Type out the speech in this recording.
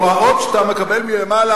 הוראות שאתה מקבל מלמעלה,